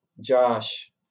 Josh